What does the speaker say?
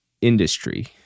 industry